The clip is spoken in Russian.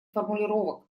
формулировок